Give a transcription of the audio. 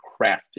crafted